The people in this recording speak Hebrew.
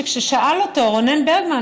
שכששאל אותו רונן ברגמן,